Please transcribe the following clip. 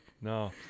No